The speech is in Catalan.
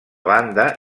banda